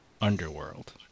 underworld